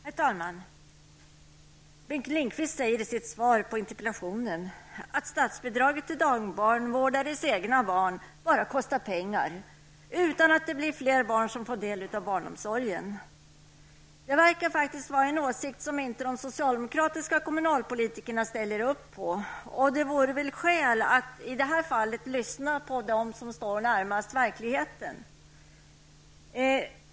Herr talman! Bengt Lindqvist säger i sitt svar på interpellationen att statsbidrag till dagbarnvårdares egna barn bara kostar pengar, utan att det blir fler barn som får del av barnomsorgen. Det verkar faktiskt vara en åsikt som inte de socialdemokratiska kommunalpolitikerna delar. Det vore väl skäl att i det här fallet lyssna till dem som står närmast verkligheten.